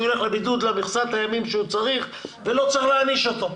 הוא ילך לבידוד למכסת הימים שהוא צריך ולא צריך להעניש אותו,